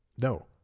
No